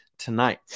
Tonight